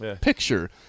picture